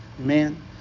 Amen